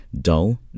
Dull